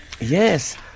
Yes